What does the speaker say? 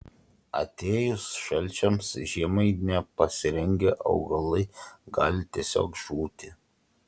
atėjus šalčiams žiemai nepasirengę augalai gali tiesiog žūti